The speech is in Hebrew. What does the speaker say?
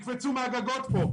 אנשים יקפצו מהגגות פה.